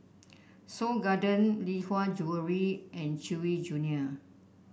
Seoul Garden Lee Hwa Jewellery and Chewy Junior